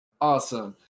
Awesome